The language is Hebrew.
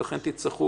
לשתינו.